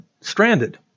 stranded